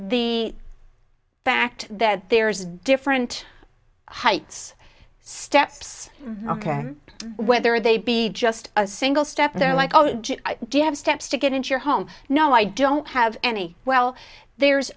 the fact that there's different heights steps ok whether they be just a single step they're like do you have steps to get into your home no i don't have any well there's